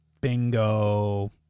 Bingo